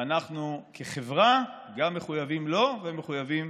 וגם אנחנו כחברה מחויבים לו ומחויבים